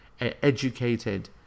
educated